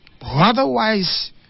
Otherwise